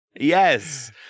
Yes